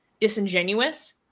disingenuous